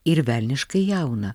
ir velniškai jauną